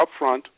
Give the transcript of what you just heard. upfront